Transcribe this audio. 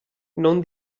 non